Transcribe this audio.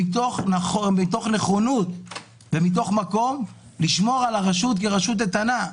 מתוך נכונות ומתוך רצון לשמור על הרשות כרשות איתנה.